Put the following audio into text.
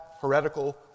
heretical